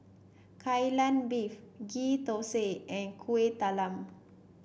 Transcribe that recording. Kai Lan Beef Ghee Thosai and Kueh Talam